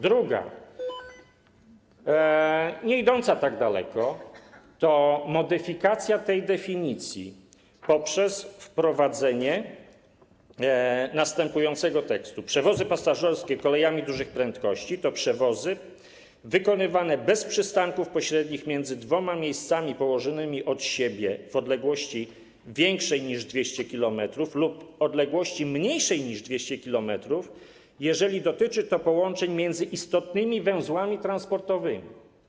Druga, nieidąca tak daleko, to modyfikacja tej definicji poprzez wprowadzenie następującego tekstu: „przewozy pasażerskie kolejami dużych prędkości to przewozy wykonywane bez przystanków pośrednich między dwoma miejscami położonymi od siebie w odległości większej niż 200 km lub odległości mniejszej niż 200 km, jeżeli dotyczy to połączeń między istotnymi węzłami transportowymi”